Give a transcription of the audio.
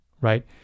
right